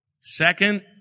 Second